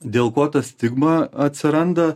dėl ko ta stigma atsiranda